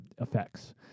Effects